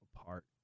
apart